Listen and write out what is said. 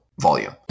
volume